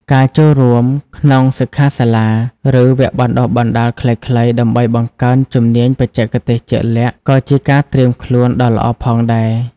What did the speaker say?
ការចូលរួមក្នុងសិក្ខាសាលា ឬវគ្គបណ្តុះបណ្តាលខ្លីៗ ដើម្បីបង្កើនជំនាញបច្ចេកទេសជាក់លាក់ ក៏ជាការត្រៀមខ្លួនដ៏ល្អផងដែរ។